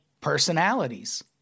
personalities